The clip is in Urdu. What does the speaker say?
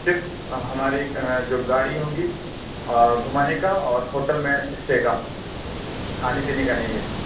صرف ہماری جو گاڑی ہوگی آ گھمانے کا اور ہوٹل میں اِسٹے کا کھانے پینے کا نہیں ہے اِس میں